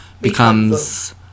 becomes